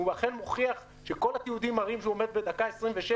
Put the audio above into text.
והוא אכן מוכיח שכל התיעודים מראים שהוא עומד בדקה ה-26,